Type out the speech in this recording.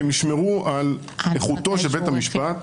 שישמרו על איכותו של בית המשפט.